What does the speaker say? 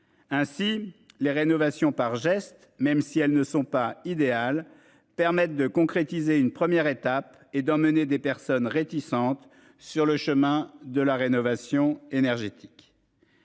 Ainsi les rénovations par geste même si elles ne sont pas idéales permettent de concrétiser une première étape et d'emmener des personnes réticentes sur le chemin de la rénovation énergétique.